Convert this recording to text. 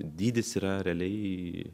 dydis yra realiai